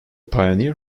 pioneer